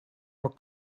were